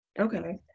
okay